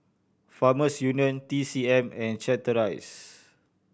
Farmers Union T C M and Chateraise